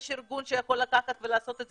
יש ארגון שיכול לקחת ולעשות את זה,